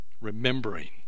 Remembering